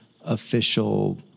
official